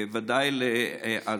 ודאי לעזה,